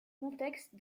contexte